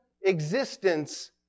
existence